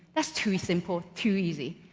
that's too simple, too easy.